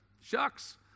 shucks